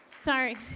sorry